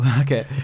Okay